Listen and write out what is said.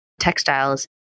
textiles